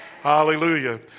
Hallelujah